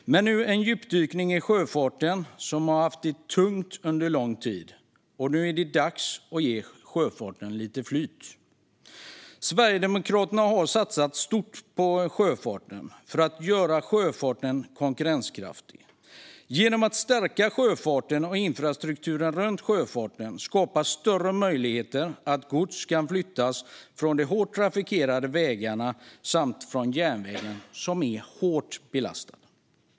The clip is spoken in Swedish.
Nu en djupdykning i sjöfarten, som har haft det tungt under lång tid! Det är nu dags att ge sjöfarten lite flyt. Sverigedemokraterna har satsat stort på sjöfarten för att göra den konkurrenskraftig. Genom att stärka sjöfarten och infrastrukturen runt sjöfarten skapas större möjligheter till att gods kan flyttas från de hårt trafikerade vägarna och den hårt belastade järnvägen.